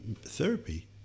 therapy